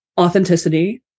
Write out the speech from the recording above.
authenticity